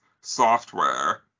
software